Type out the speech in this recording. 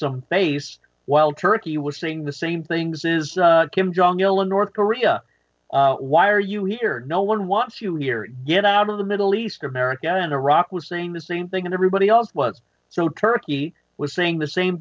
some face why turkey was saying the same things is kim jong il in north korea why are you here no one wants to hear get out of the middle east america and iraq were saying the same thing and everybody else was so turkey was saying the same